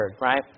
right